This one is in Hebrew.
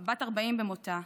בת 40 במותה,